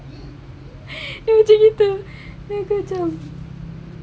uh cerita sangat kejam